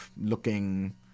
looking